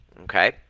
Okay